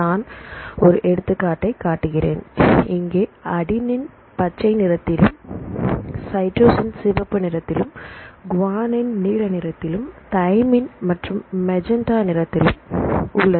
நான் ஒரு எடுத்துக்காட்டை காட்டுகிறேன் இங்கே அடிநின்பச்சை நிறத்தில் நிறத்திலும் சைடுசின் சிவப்பு நிறத்திலும் குவானின்நீல நிறத்திலும் தயமின் மற்றும்மேஜெண்ட நிறத்திலும் என்னது உள்ளது